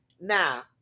now